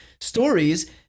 stories